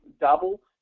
double